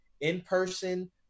in-person